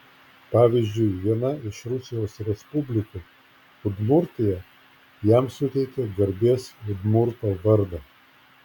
pavyzdžiui viena iš rusijos respublikų udmurtija jam suteikė garbės udmurto vardą